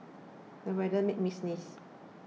the weather made me sneeze